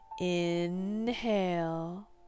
inhale